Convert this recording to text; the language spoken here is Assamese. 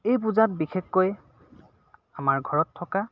এই পূজাত বিশেষকৈ আমাৰ ঘৰত থকা